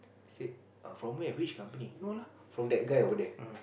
said oh from where which company no ah from that guy over there